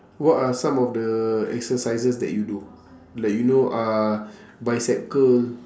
what are some of the exercises that you do like you know uh bicep curl